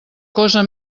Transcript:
cosa